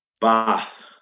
Bath